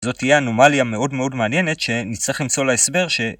זאת תהיה אנומליה מאוד מאוד מעניינת שנצטרך למצוא להסבר ש...